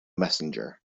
messenger